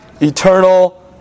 eternal